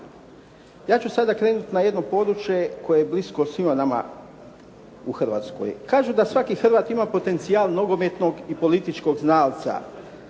Ja ću sada krenuti na jedno područje koje je blisko svima nama u Hrvatskoj. Kažu da svaki Hrvat ima potencijal nogometnog i političkog znalca.